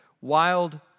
Wild